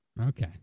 Okay